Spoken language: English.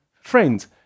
Friends